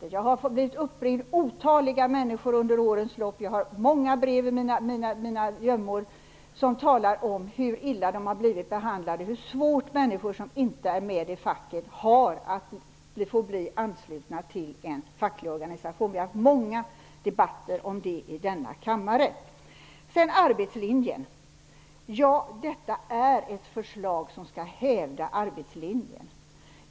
Under årens lopp har jag blivit uppringd av otaliga människor och jag har många brev i mina gömmor som talar om hur illa människor har blivit behandlade och hur svårt det är för dem som inte är med i facket att bli anslutna till en facklig organisation. Vi har haft många debatter om det i denna kammare. Det här är ett förslag som skall hävda arbetslinjen.